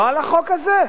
לא על החוק הזה.